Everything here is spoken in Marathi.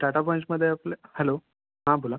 टाटा पंचमध्ये आपले हॅलो हां बोला